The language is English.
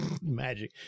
magic